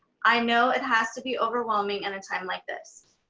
i know it has to be overwhelming in a time like this.